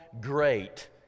great